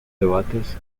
debates